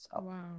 Wow